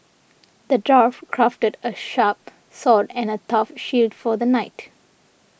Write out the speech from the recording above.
the dwarf crafted a sharp sword and a tough shield for the knight